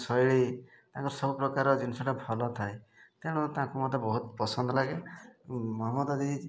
ଶୈଳୀ ତାଙ୍କର ସବୁପ୍ରକାର ଜିନିଷଟା ଭଲ ଥାଏ ତେଣୁ ତାଙ୍କୁ ମୋତେ ବହୁତ ପସନ୍ଦ ଲାଗେ ମହମ୍ମଦ୍ ଅଜିଜ୍